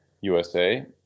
USA